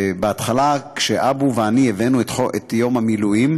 בהתחלה, כשאבו ואני הבאנו את יום המילואים,